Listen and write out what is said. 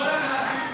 לא לגעת בי.